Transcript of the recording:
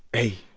hey